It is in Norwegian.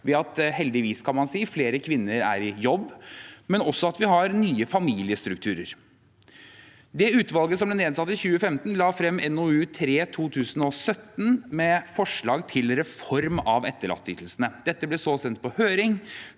jobb – heldigvis, kan man si – og at vi har nye familiestrukturer. Det utvalget som ble nedsatt i 2015, la frem NOU 2017: 3, med forslag til reform av etterlatteytelsene. Dette ble så sendt på høring